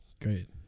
Great